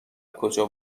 کجا